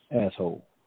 asshole